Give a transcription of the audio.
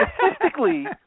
statistically